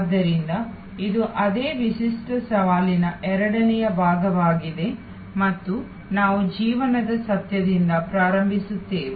ಆದ್ದರಿಂದ ಇದು ಅದೇ ವಿಶಿಷ್ಟ ಸವಾಲಿನ ಎರಡನೆಯ ಭಾಗವಾಗಿದೆ ಮತ್ತು ನಾವು ಜೀವನದ ಸತ್ಯದಿಂದ ಪ್ರಾರಂಭಿಸುತ್ತೇವೆ